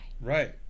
right